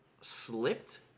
slipped